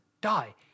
die